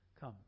come